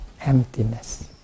emptiness